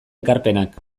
ekarpenak